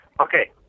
Okay